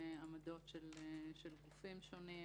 עמדות של גופים שונים